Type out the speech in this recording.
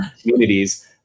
communities